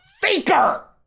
faker